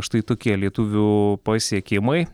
štai tokie lietuvių pasiekimai